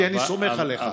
כי אני סומך עליך.